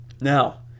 Now